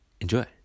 enjoy